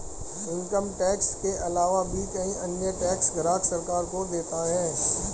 income tax के आलावा भी कई अन्य टैक्स ग्राहक सरकार को देता है